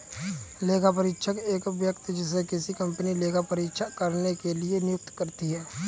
लेखापरीक्षक एक व्यक्ति है जिसे किसी कंपनी लेखा परीक्षा करने के लिए नियुक्त करती है